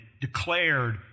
declared